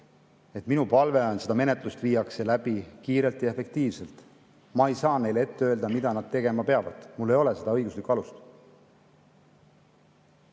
Minu palve on, et seda menetlust viidaks läbi kiirelt ja efektiivselt. Ma ei saa neile ette öelda, mida nad tegema peavad. Mul ei ole seda õiguslikku alust.